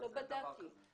לא בדקתי.